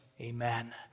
amen